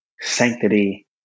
sanctity